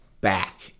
back